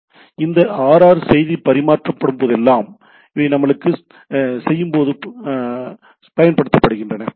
எனவே இந்த ஆர்ஆர் செய்தி பரிமாறப்படும்போதெல்லாம் எனவே இவை நாம் செய்யும்போது பயன்படுத்தப்படுகின்றன